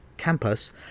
campus